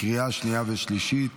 לקריאה השנייה והשלישית.